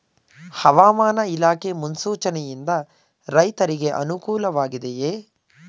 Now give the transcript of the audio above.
ಹವಾಮಾನ ಇಲಾಖೆ ಮುನ್ಸೂಚನೆ ಯಿಂದ ರೈತರಿಗೆ ಅನುಕೂಲ ವಾಗಿದೆಯೇ?